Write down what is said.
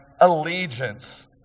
allegiance